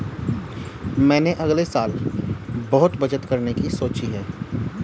मैंने अगले साल बहुत बचत करने की सोची है